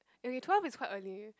okay twelve is quite early